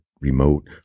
remote